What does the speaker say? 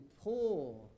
poor